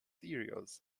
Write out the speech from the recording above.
cereals